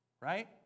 right